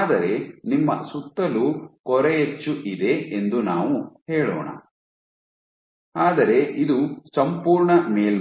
ಆದರೆ ನಿಮ್ಮ ಸುತ್ತಲೂ ಕೊರೆಯಚ್ಚು ಇದೆ ಎಂದು ನಾವು ಹೇಳೋಣ ಆದರೆ ಇದು ಸಂಪೂರ್ಣ ಮೇಲ್ಮೈ